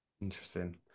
Interesting